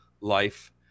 life